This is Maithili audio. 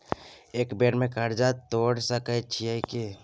एक बेर में कर्जा तोर सके छियै की?